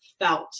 felt